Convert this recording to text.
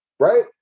Right